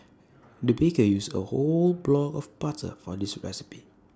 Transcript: the baker used A whole block of butter for this recipe